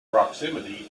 proximity